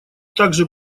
также